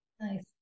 Nice